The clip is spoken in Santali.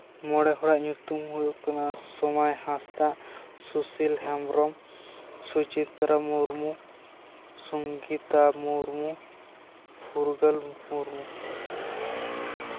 ᱢᱚᱬᱮ ᱦᱚᱲᱟᱜ ᱧᱩᱛᱩᱢ ᱦᱩᱭᱩᱜ ᱠᱟᱱᱟ ᱥᱚᱢᱟᱭ ᱦᱟᱸᱥᱫᱟ ᱥᱩᱥᱤᱞ ᱦᱮᱢᱵᱨᱚᱢ ᱥᱩᱪᱤᱛᱨᱟ ᱢᱩᱨᱢᱩ ᱥᱚᱝᱜᱤᱛᱟ ᱢᱩᱨᱢᱩ ᱯᱷᱩᱨᱜᱟᱹᱞ ᱢᱩᱨᱢᱩ